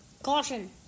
Caution